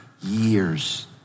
years